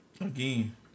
Again